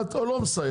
מסייעת או לא מסייעת?